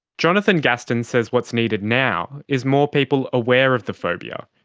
jonathan gaston says what's needed now is more people aware of the phobia,